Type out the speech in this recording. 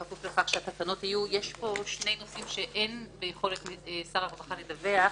כפוף לכך שהתקנות יהיו יש פה שני נושאים שאין ביכולת שר הרווחה לדווח: